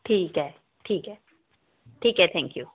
ठीक आहे ठीक आहे ठीक आहे थँक्यू